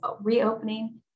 reopening